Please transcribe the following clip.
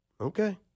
Okay